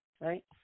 right